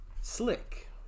slick